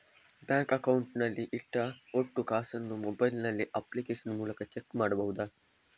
Bank account ನಲ್ಲಿ ಇಟ್ಟ ಒಟ್ಟು ಕಾಸನ್ನು ಮೊಬೈಲ್ ನಲ್ಲಿ ಅಪ್ಲಿಕೇಶನ್ ಮೂಲಕ ಚೆಕ್ ಮಾಡಬಹುದಾ?